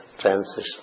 transition